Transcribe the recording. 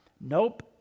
nope